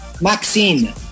Maxine